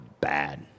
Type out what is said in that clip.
bad